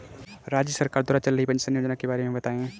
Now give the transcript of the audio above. राज्य सरकार द्वारा चल रही पेंशन योजना के बारे में बताएँ?